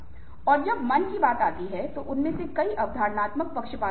और जब मन की बात आती है तो उनमें से कई अवधारणात्मक पक्षपात होते हैं